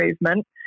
movement